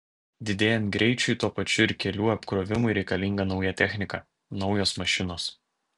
didėjant greičiui tuo pačiu ir kelių apkrovimui reikalinga nauja technika naujos mašinos